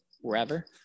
wherever